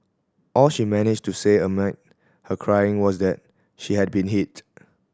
all she managed to say amid her crying was that she had been hit